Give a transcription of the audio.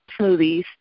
smoothies